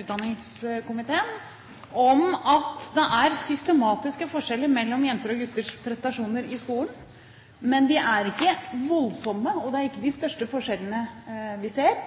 utdanningskomiteen om at det er systematiske forskjeller mellom jenter og gutters prestasjoner i skolen – men de er ikke voldsomme, og det er ikke de største forskjellene vi ser.